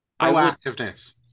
Proactiveness